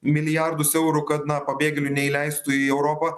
milijardus eurų kad na pabėgėlių neįleistų į europą